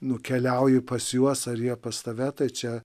nukeliauji pas juos ar jie pas tave tai čia